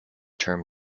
term